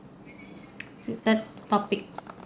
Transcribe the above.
third topic